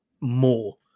more